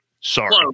sorry